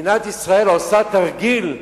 מדינת ישראל עושה תרגיל,